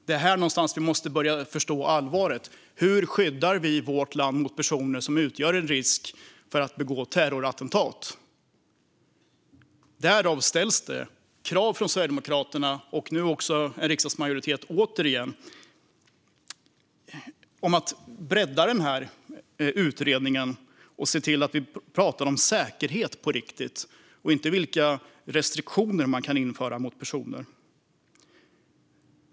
Det är här någonstans vi måste börja förstå allvaret: Hur skyddar vi vårt land mot personer som utgör en risk för att terrorattentat ska begås? Därför ställs det återigen krav från Sverigedemokraterna, och nu också en riksdagsmajoritet, om att bredda den här utredningen och se till att vi pratar om säkerhet på riktigt och inte bara om vilka restriktioner man kan införa mot personer.